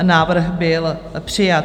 Návrh byl přijat.